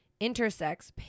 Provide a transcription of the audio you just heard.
intersex